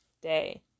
day